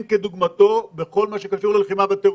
כדוגמתו בכל מה שקשור ללחימה בטרור.